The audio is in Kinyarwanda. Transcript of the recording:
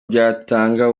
byatanga